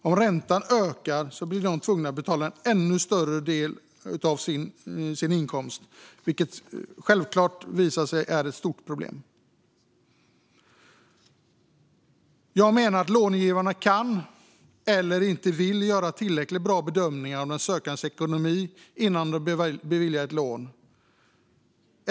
Om räntan ökar blir de tvungna att betala en ännu större del av inkomsten, vilket självklart är ett stort problem. Långivarna kan eller vill inte göra tillräckligt bra bedömningar av den sökandes ekonomi innan de beviljar ett lån.